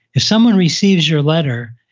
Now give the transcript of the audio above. if someone receives your letter,